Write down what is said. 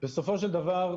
בסופו של דבר,